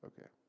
Okay